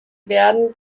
werden